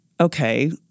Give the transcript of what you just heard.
okay